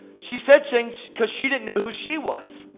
she said things because she didn't know who she was.